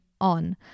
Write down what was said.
on